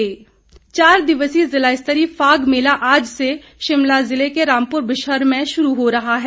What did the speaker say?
फाग मेला चार दिवसीय जिला स्तरीय फाग मेला आज से शिमला जिला के रामपुर बुशहर में शुरू हो रहा है